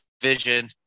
vision